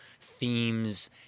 themes